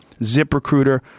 ZipRecruiter